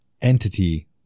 entity